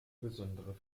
besondere